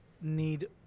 need